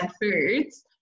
foods